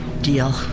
Deal